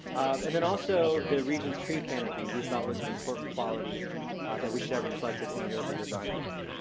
and then, also, the region's tree canopy we thought was an important quality that we should have reflected in the urban design element.